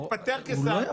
הוא התפטר כשר --- לא.